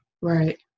Right